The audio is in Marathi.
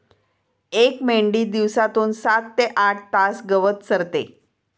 एक मेंढी दिवसातून सात ते आठ तास गवत चरते